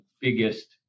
biggest